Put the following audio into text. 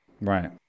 Right